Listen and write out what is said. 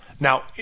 Now